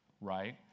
right